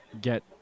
get